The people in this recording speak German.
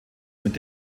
mit